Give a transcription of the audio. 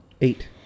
Eight